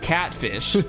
Catfish